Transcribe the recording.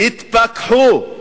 תתפכחו,